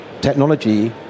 technology